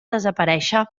desaparèixer